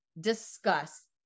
discuss